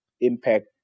impact